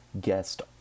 guest